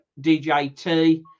DJT